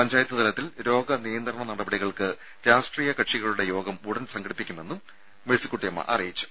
പഞ്ചായത്ത് തലത്തിൽ രോഗനിയന്ത്രണ നടപടികൾക്ക് രാഷ്ട്രീയ കക്ഷികളുടെ യോഗം ഉടൻ സംഘടിപ്പിക്കുമെന്നും മേഴ്സിക്കുട്ടിയമ്മ അറിയിച്ചു